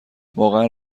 واقعا